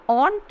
on